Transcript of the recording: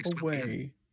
away